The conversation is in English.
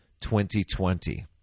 2020